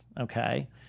okay